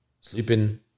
Sleeping